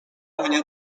guanyar